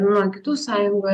nuo kitų sąjungų ar